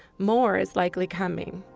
more is likely coming.